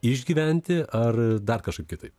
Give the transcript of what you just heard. išgyventi ar dar kažkaip kitaip